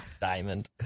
Diamond